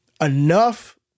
enough